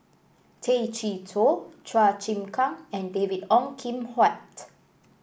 Tay Chee Toh Chua Chim Kang and David Ong Kim Huat